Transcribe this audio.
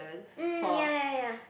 um ya ya ya